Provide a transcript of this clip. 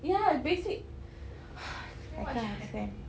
ya basic I can't understand